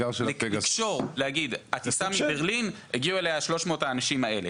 לקשור לומר שהטיסה מברלין הגיעו איתה 300 האנשים האלה.